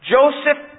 Joseph